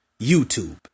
YouTube